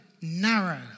narrow